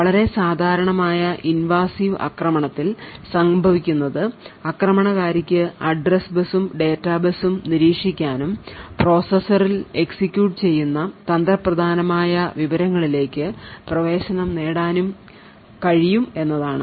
വളരെ സാധാരണമായ invasive ആക്രമണത്തിൽ സംഭവിക്കുന്നത് ആക്രമണകാരിക്ക് അഡ്രസ്സ് ബസും ഡാറ്റാ ബസും നിരീക്ഷിക്കാനും പ്രോസസ്സറിൽ എക്സിക്യൂട്ട് ചെയ്യുന്ന തന്ത്രപ്രധാനമായ വിവരങ്ങളിലേക്ക് പ്രവേശനം നേടാനും കഴിയും എന്നതാണ്